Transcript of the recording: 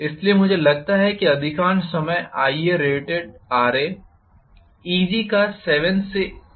इसलिए मुझे लगता है कि अधिकांश समय IaratedRa Eg का 7 से 8 प्रतिशत होने जा रहा है